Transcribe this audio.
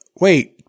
wait